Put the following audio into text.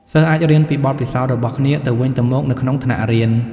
សិស្សអាចរៀនពីបទពិសោធន៍របស់គ្នាទៅវិញទៅមកនៅក្នុងថ្នាក់រៀន។